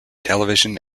television